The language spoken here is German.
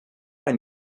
ein